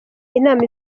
inama